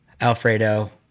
Alfredo